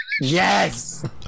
Yes